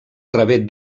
rebé